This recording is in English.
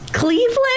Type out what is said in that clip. Cleveland